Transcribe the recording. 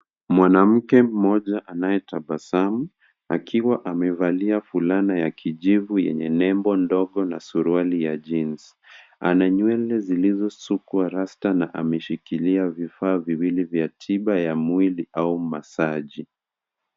Mwanamke mmoja anayetabasamu, akiwa amevalia fulana ya kijivu yenye nembo ndogo na suruali ya jeans . Ana nywele zilizosukwa rasta na ameshikilia vifaa viwili vya tiba ya mwili au masaji .